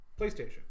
PlayStation